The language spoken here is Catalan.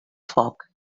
foc